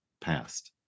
past